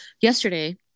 yesterday